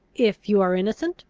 if you are innocent,